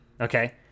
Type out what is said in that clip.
okay